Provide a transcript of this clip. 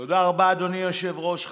תודה רבה, אדוני היושב-ראש.